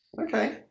Okay